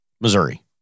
Missouri